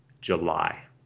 July